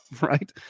right